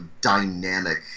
dynamic